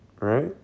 right